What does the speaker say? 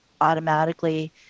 automatically